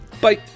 Bye